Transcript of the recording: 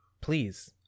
please